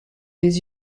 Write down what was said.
les